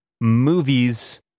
movies